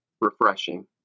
refreshing